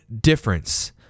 difference